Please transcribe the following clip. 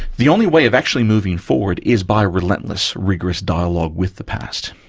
the only way of actually moving forward is by relentless, rigorous dialogue with the past.